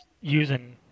using